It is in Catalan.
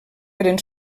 eren